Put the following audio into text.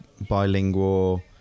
bilingual